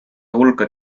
hulka